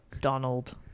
Donald